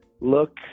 look